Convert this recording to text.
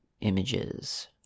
images